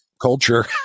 culture